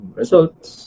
results